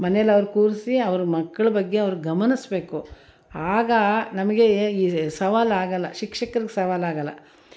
ಮನೆಲಿ ಅವ್ರು ಕೂರಿಸಿ ಅವ್ರ ಮಕ್ಳ ಬಗ್ಗೆ ಅವ್ರು ಗಮನಿಸಬೇಕು ಆಗ ನಮಗೆ ಈ ಸವಾಲಾಗೋಲ್ಲ ಶಿಕ್ಷಕ್ರಿಗೆ ಸವಾಲಾಗೋಲ್ಲ